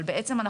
אבל בעצם,